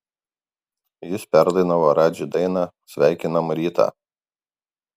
jis perdainavo radži dainą sveikinam rytą